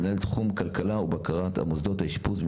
מנהל תחום כלכלה ובקרה במוסדות אשפוז,